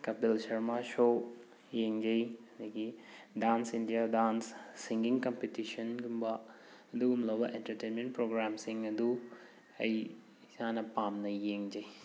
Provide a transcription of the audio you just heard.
Kapil Sharma show ꯌꯦꯡꯖꯩ ꯑꯗꯒꯤ dance India dance ꯁꯤꯡꯒꯤꯡ ꯀꯝꯄꯤꯇꯤꯁꯟꯒꯨꯝꯕ ꯑꯗꯨꯒꯨꯝꯂꯕ ꯑꯦꯟꯇꯔꯇꯦꯟꯃꯦꯟ ꯄ꯭ꯔꯣꯒ꯭ꯔꯥꯝꯁꯤꯡ ꯑꯗꯨ ꯑꯩ ꯏꯁꯥꯅ ꯄꯥꯝꯅ ꯌꯦꯡꯖꯩ